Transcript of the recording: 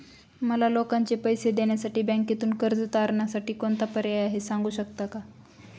मला लोकांचे पैसे देण्यासाठी बँकेतून कर्ज तारणसाठी कोणता पर्याय आहे? सांगू शकता का?